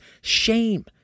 shame